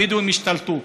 הבדואים השתלטו,